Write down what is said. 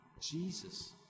Jesus